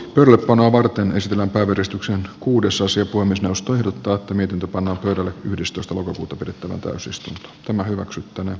pyry panoa varten ystävänpäiväristuksen kuudesosa on noustu jo tottuneet panna verolle yhdestoista esiintynyt mutta kaikki on hyväksyttävä